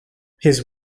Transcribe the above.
his